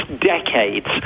decades